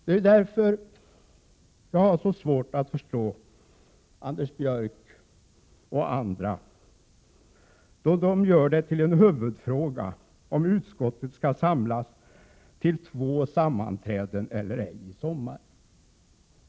Det är därför jag har så svårt att förstå Anders Björck och andra, då de gör det till en huvudfråga om utskottet skall samlas till två sammanträden eller ett i sommar.